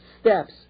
steps